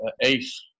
Ace